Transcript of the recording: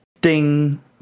ding